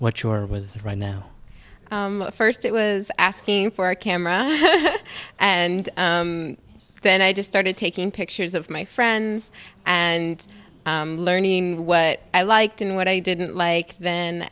what you are with right now first it was asking for a camera and then i just started taking pictures of my friends and learning what i liked and what i didn't like then